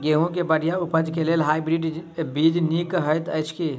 गेंहूँ केँ बढ़िया उपज केँ लेल हाइब्रिड बीज नीक हएत अछि की?